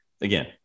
again